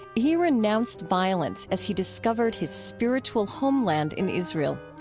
he renounced violence as he discovered his spiritual homeland in israel.